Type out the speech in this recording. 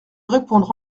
répondre